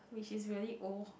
which is really old